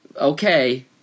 Okay